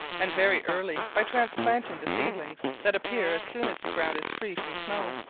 and very early, by transplanting the seedlings that appear as soon as the ground is free from snow.